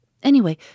Anyway